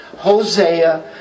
Hosea